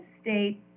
state